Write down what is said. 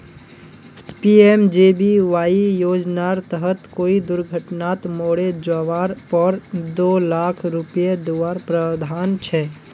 PMJBY योज्नार तहत कोए दुर्घत्नात मोरे जवार पोर दो लाख रुपये दुआर प्रावधान छे